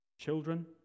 Children